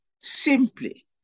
Simply